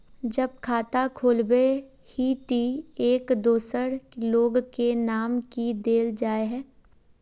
जब खाता खोलबे ही टी एक दोसर लोग के नाम की देल जाए है?